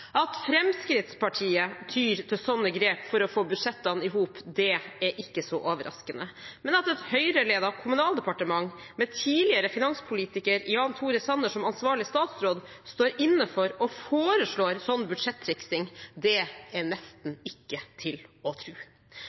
At Fremskrittspartiet tyr til slike grep for å få budsjettene i hop, er ikke så overraskende. Men at et Høyre-ledet Kommunaldepartement, med tidligere finanspolitiker Jan Tore Sanner som ansvarlig statsråd, står inne for å foreslå slik budsjettriksing, er nesten ikke til å